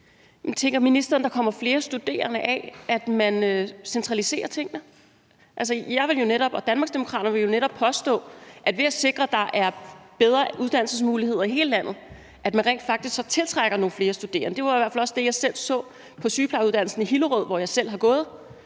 Tænker ministeren, at der kommer flere studerende af, at man centraliserer tingene? Danmarksdemokraterne vil jo netop påstå, at ved at sikre, at der er bedre uddannelsesmuligheder i hele landet, tiltrækker man rent faktisk nogle flere studerende. Det var i hvert fald også det, jeg selv så på sygeplejerskeuddannelsen i Hillerød, hvor jeg selv har gået,